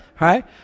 Right